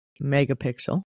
megapixel